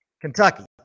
Kentucky